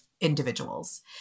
individuals